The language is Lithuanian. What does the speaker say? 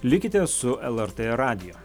likite su lrt radiju